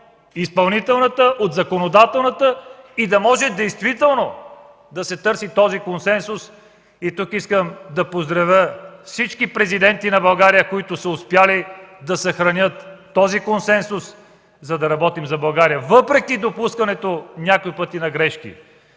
изпълнителната и законодателна власти и да може действително да се търси този консенсус. Тук искам да поздравя всички президенти на България, които са успели да съхранят консенсуса, за да работим за България, въпреки допускането някой път и на грешки.